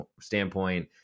standpoint